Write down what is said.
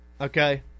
Okay